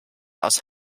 aus